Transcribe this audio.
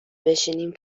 بشینیم